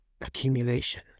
accumulation